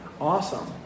Awesome